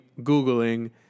Googling